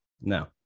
no